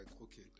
okay